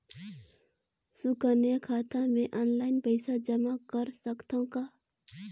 सुकन्या खाता मे ऑनलाइन पईसा जमा कर सकथव का?